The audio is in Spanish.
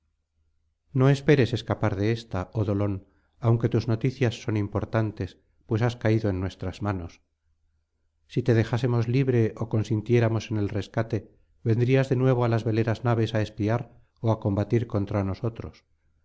no esperes escapar de ésta oh dolón a unque tus noticias son importantes pues has caído en nuestras manos si te dejásemos libre ó consintiéramos en el rescate vendrías de nuevo á las veleras naves á espiar ó á combatir contra nosotros